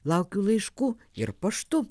laukiu laiškų ir paštu